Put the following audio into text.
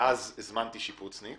ואז הזמנתי שיפוצניק